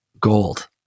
gold